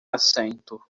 assento